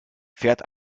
fährt